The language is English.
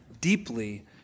deeply